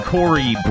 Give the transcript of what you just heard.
Corey